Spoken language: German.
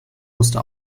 musste